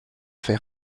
fait